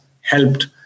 helped